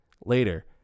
Later